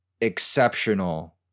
exceptional